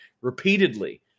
repeatedly